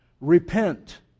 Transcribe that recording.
Repent